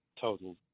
total